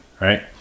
right